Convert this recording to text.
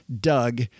Doug